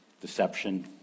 deception